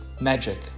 magic